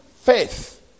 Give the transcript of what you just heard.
faith